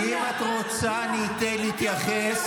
אם את רוצה, אני אתן להתייחס.